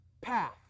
path